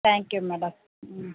thank you madam ம்